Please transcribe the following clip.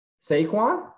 Saquon